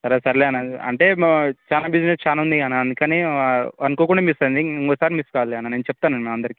సరే సర్లే అన్నా అంటే మా చాలా బిజినెస్ చాలా ఉన్నాయి అన్న అందుకని అనుకోకుండా మిస్ అయ్యింది ఇంకోసారి మిస్ కాదు అన్న నేను చెప్తాను అన్న అందరికి